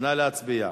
נא להצביע.